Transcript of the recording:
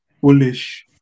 bullish